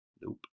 Nope